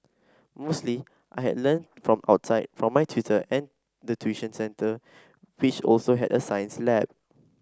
mostly I had learn from outside from my tutor and the tuition centre which also had a science lab